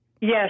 Yes